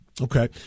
Okay